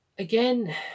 again